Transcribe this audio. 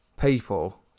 people